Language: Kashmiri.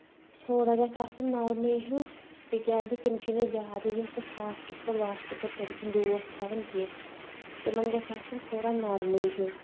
تھوڑا گژھِ آسُن نَرمٕے ہیٚو تِکیازِ تِم چھِی نہٕ زیادٕ یُس سُہ فاسٹ فوٚڈ واسٹ فوٚڈ تٔمۍ سٕندۍ دوس کھیٚوان کینٛہہ تِمن گژھِ آسُن تھڑا نرمٕے ہیٚو